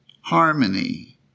harmony